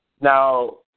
Now